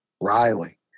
Riley